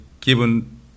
given